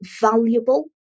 valuable